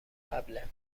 قبله